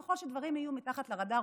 ככל שדברים יהיו מתחת לרדאר,